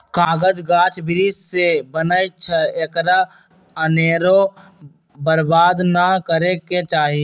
कागज गाछ वृक्ष से बनै छइ एकरा अनेरो बर्बाद नऽ करे के चाहि